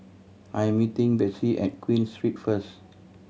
I am meeting Betsey at Queen Street first